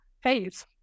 phase